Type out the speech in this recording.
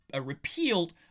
repealed